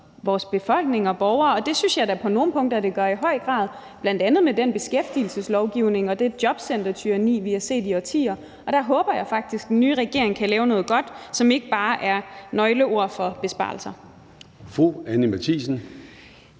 vores befolkning og borgere, og det synes jeg da på nogle punkter det i høj grad gør, bl.a. med den beskæftigelseslovgivning og det jobcentertyranni, vi har set i årtier. Der håber jeg faktisk, at den nye regering kan lave noget godt, som ikke bare er nøgleord for besparelser.